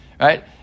Right